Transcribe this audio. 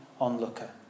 onlooker